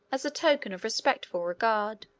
as a token of respectful regard!